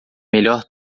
melhor